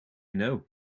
know